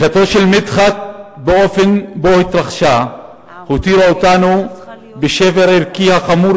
לכתו של מדחת באופן שבו התרחשה הותירה אותנו בשבר ערכי החמור